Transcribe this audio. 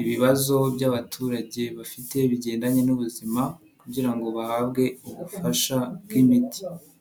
ibibazo by'abaturage bafite bigendanye n'ubuzima kugira ngo bahabwe ubufasha bw'imiti.